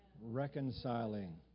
Reconciling